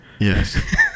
Yes